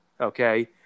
okay